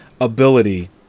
ability